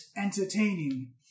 entertaining